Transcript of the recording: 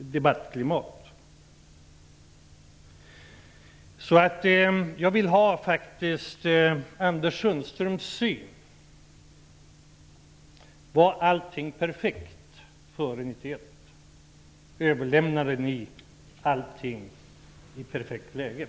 debattklimat. Jag undrar vad Anders Sundström har för syn på frågan om allting var perfekt före 1991. Överlämnade ni allting i perfekt skick?